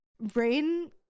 brain